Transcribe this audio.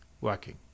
working